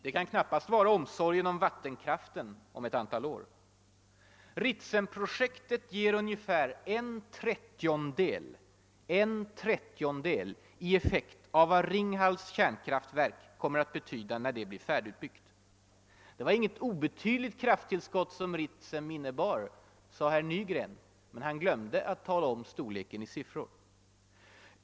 Det kan knappast vara på grund av omsorgen om vattenkraften om ett antal år. Ritsemprojektet ger nämligen bara ungefär 1/30-del i effekt av vad. Ringhals kärnkraftverk kommer att kunna leverera när det blir färdigutbyggt. Det var inget obetydligt krafttillskott som Ritsem innebar, sade herr Nygren, men han glömde att nämna storleken i siffror.